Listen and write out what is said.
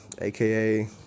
aka